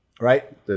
Right